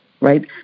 right